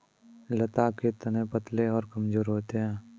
लता के तने पतले और कमजोर होते हैं